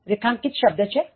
રેખાંકિત શબ્દ છે spectacle